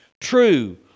True